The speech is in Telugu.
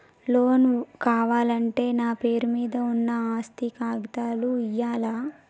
లోన్ కావాలంటే నా పేరు మీద ఉన్న ఆస్తి కాగితాలు ఇయ్యాలా?